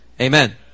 Amen